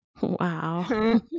Wow